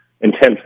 intense